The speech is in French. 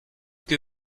que